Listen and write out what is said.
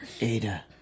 Ada